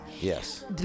Yes